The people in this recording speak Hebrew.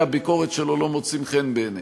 הביקורת שלו לא מוצאים חן בעיניה.